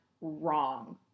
wrong